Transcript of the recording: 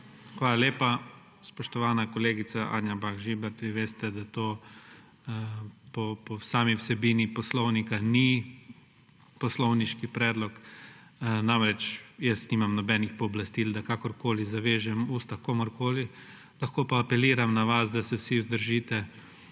Hvala lepa. Spoštovana kolegica Anja Bah Žibert, vi veste, da to po sami vsebini poslovnika ni poslovniški predlog, namreč jaz nimam nobenih pooblastil, da kakorkoli zavežem usta komurkoli. Lahko pa apeliram na vas, da se vsi vzdržite